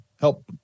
help